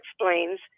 explains